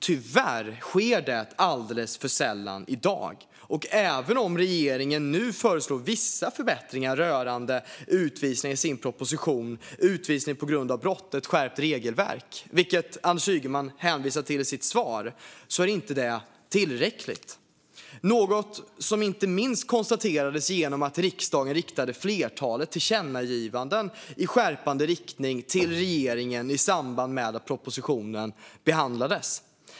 Tyvärr sker det alldeles för sällan i dag. Och även om regeringen nu föreslår vissa förbättringar rörande utvisningar i sin proposition Utvisning på grund av brott - ett skärpt regelverk , som Anders Ygeman hänvisar till i sitt svar, är det inte tillräckligt. Det var något som inte minst konstaterades genom att riksdagen riktade ett flertal tillkännagivanden i skärpande riktning till regeringen i samband med att propositionen behandlades.